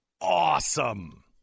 awesome